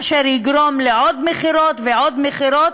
אשר יגרום לעוד מכירות ועוד מכירות,